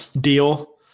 deal